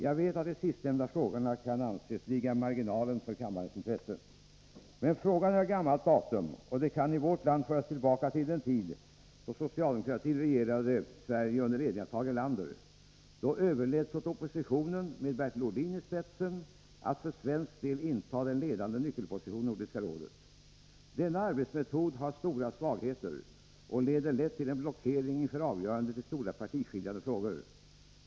Jag vet att de sistnämnda frågorna kan anses ligga i marginalen för kammarens intresse. Men frågan är av gammalt datum och kan i vårt land föras tillbaka till den tid då socialdemokratin regerade Sverige under ledning av Tage Erlander. Då överläts åt oppositionen, med Bertil Ohlin i spetsen, att för svensk del inta den ledande nyckelpositionen i Nordiska rådet. Denna arbetsmetod har stora svagheter och leder lätt till en blockering inför avgörandet i stora, partiskiljande frågor.